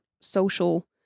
social